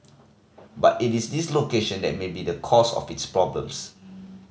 but it is this location that may be the cause of its problems